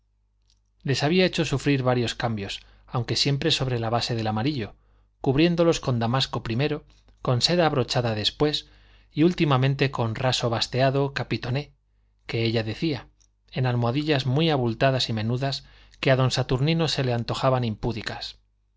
les había hecho sufrir varios cambios aunque siempre sobre la base del amarillo cubriéndolos con damasco primero con seda brochada después y últimamente con raso basteado capitoné que ella decía en almohadillas muy abultadas y menudas que a don saturnino se le antojaban impúdicas